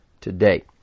today